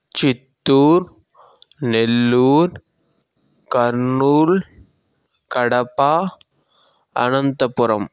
Chittoor Nellore Kurnool Kadapa Anantapuram